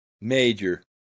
major